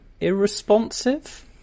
irresponsive